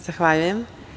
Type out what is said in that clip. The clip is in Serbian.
Zahvaljujem.